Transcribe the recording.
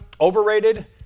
Overrated